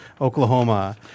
Oklahoma